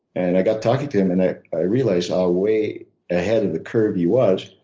and i got talking to him and i i realized how way ahead of the curve he was.